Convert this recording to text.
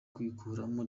kwikuramo